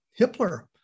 Hippler